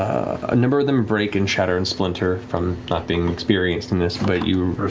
a number of them break and shatter and splinter from not being experienced in this, but you